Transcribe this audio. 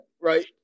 right